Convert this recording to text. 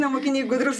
na mokiniai gudrūs